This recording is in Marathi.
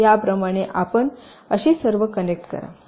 याप्रमाणे आपण अशी सर्व कनेक्ट करा